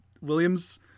Williams